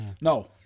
No